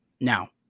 Now